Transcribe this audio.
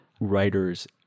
writers